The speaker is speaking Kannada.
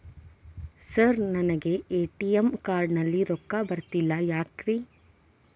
ಸರ್ ನನಗೆ ಎ.ಟಿ.ಎಂ ಕಾರ್ಡ್ ನಲ್ಲಿ ರೊಕ್ಕ ಬರತಿಲ್ಲ ಯಾಕ್ರೇ?